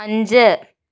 അഞ്ച്